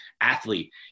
athlete